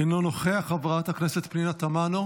אינו נוכח, חברת הכנסת פנינה תמנו,